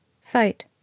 Fight